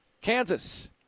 Kansas